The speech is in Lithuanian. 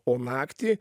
o naktį